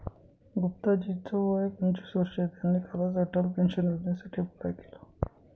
गुप्ता जी च वय पंचवीस वर्ष आहे, त्यांनी कालच अटल पेन्शन योजनेसाठी अप्लाय केलं